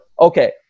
okay